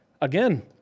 again